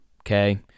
Okay